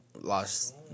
Lost